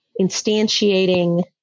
instantiating